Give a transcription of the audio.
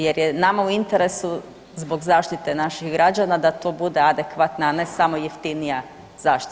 Jer je nama u interesu zbog zaštite naših građana da to bude adekvatna, a ne samo jeftinija zaštita.